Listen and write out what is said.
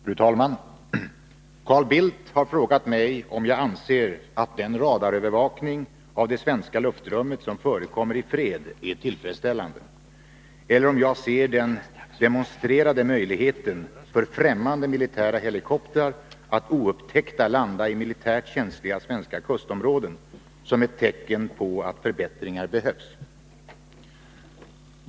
Fru talman! Carl Bildt har frågat mig om jag anser att den radarövervakning av det svenska luftrummet som förekommer i fred är tillfredsställande, eller om jag ser den demonstrerade möjligheten för främmande militära helikoptrar att oupptäckta landa i militärt känsliga svenska kustområden som ett tecken på att förbättringar behövs.